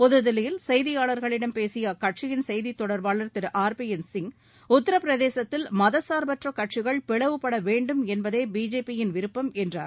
புதுதில்லியில் செய்தியாளர்களிடம் பேசிய அக்கட்சியின் செய்தித்தொடர்பாளர் திரு ஆர் பி என் சிங் உத்தரபிரதேசத்தில் மதசாா்பற்ற கட்சிகள் பிளவுப்பட வேண்டும் என்பதே பிஜேபி யின் விருப்பம் என்றார்